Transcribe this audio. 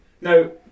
now